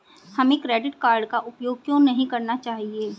हमें credit card का उपयोग क्यों नहीं करना चाहिए?